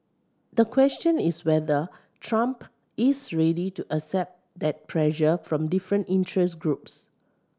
the question is whether Trump is ready to accept that pressure from different interest groups